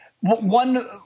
one